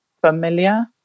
familiar